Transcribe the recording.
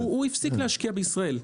הפסיק להשקיע בישראל.